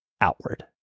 outward